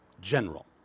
general